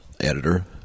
editor